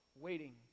waiting